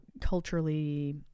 culturally